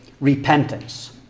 repentance